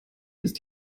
ist